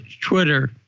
Twitter